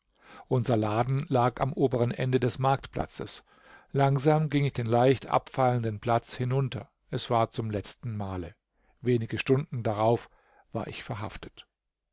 unser laden lag am oberen ende des marktplatzes langsam ging ich den leicht abfallenden platz hinunter es war zum letzten male wenige stunden darauf war ich verhaftet